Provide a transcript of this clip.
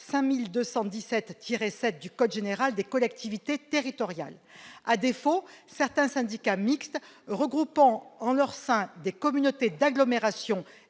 5217-7 du code général des collectivités territoriales. À défaut, certains syndicats mixtes regroupant en leur sein des communautés d'agglomération